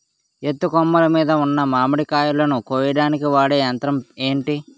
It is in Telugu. ఎత్తు కొమ్మలు మీద ఉన్న మామిడికాయలును కోయడానికి వాడే యంత్రం ఎంటి?